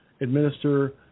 administer